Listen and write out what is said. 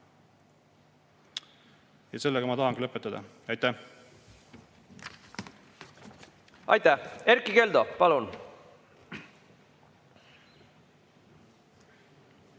Ja sellega ma tahangi lõpetada. Aitäh! Aitäh! Erkki Keldo, palun!